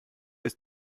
ist